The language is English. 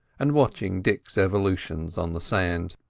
and watching dick's evolutions on the sand.